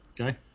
Okay